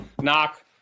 knock